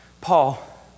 Paul